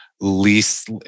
least